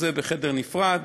בחדר נפרד,